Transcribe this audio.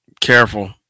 Careful